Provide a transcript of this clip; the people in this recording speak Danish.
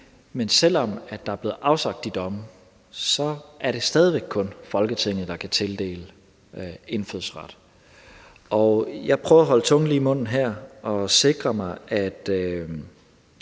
Men selv om der er blevet afsagt de domme, er det stadig væk kun Folketinget, der kan tildele indfødsret. Jeg prøver at holde tungen lige i munden her og sikre mig, at